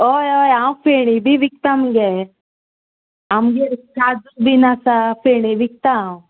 हय हय हांव फेणी बी विकता मुगे आमगेर काजू बीन आसा फेणी विकतां हांव